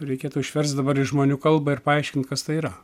reikėtų išverst dabar į žmonių kalbą ir paaiškint kas tai yra